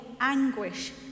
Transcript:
anguish